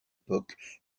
époques